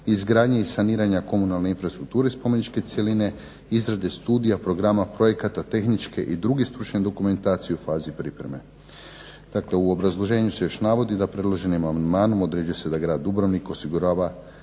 izgradnji i saniranja komunalne infrastrukture spomeničke cjeline, izrade studija, programa, projekata, tehničke i druge stručne dokumentacije u fazi pripreme.". Dakle u obrazloženju se još navodi da predloženim amandmanom određuje se da grad Dubrovnik osigurava